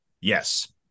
Yes